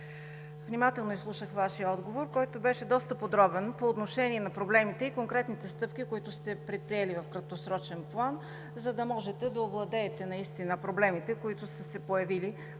Внимателно изслушах Вашия отговор, който беше доста подробен по отношение на проблемите и конкретните стъпки, които сте предприели в краткосрочен план, за да можете да овладеете проблемите, които са се появили в рамките